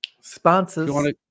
Sponsors